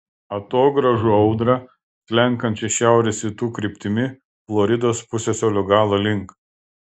atogrąžų audrą slenkančią šiaurės rytų kryptimi floridos pusiasalio galo link